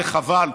וחבל,